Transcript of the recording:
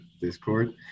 Discord